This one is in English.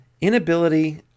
inability